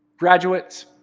graduates,